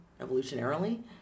Evolutionarily